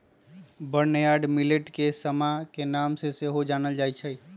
barnyard millet के समा के नाम से सेहो जानल जाइ छै